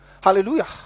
hallelujah